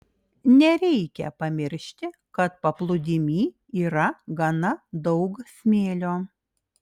nereikia pamiršti kad paplūdimy yra gana daug smėlio